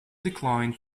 declined